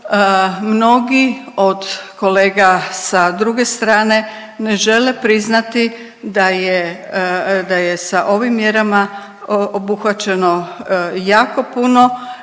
mnogi od kolega sa druge strane ne žele priznati da je, da je sa ovim mjerama obuhvaćeno jako puno